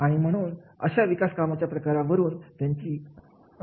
आणि म्हणून अशा विकासकामांच्या प्रकारावरून त्याची रचना ठरत असते